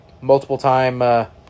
multiple-time